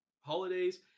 holidays